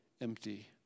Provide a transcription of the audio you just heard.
empty